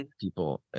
people